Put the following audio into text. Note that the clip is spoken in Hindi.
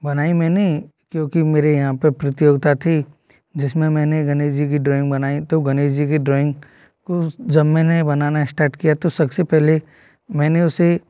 बनाई मैंने क्योंकि मेरे यहाँ पर प्रतियोगिता थी जिसमें मैंने गणेश जी की ड्रॉइंग बनाई तो गणेश जी की ड्रॉइंग को जब मैंने बनाना स्टार्ट किया तो सबसे पहले मैंने उसे